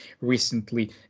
recently